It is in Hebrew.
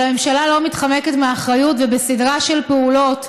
אבל הממשלה לא מתחמקת מאחריות, ובסדרה של פעולות,